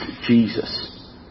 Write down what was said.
Jesus